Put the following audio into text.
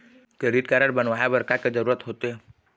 Credit card बनवाए बर का के जरूरत होते?